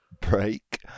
break